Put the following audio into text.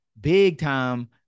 big-time